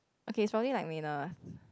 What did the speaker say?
okay is probably like me now lah